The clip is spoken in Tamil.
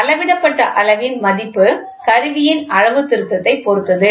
அளவிடப்பட்ட அளவின் மதிப்பு கருவியின் அளவுத்திருத்தத்தைப் பொறுத்தது